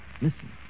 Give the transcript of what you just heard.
Listen